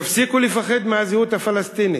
תפסיקו לפחד מהזהות הפלסטינית.